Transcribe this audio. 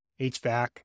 HVAC